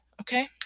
okay